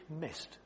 missed